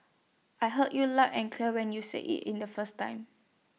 I heard you loud and clear when you said IT in the first time